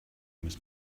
miss